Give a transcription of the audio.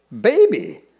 baby